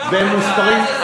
אתה מדבר במספרים מוחלטים?